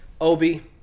Obi-